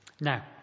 Now